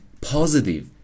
positive